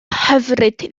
hyfryd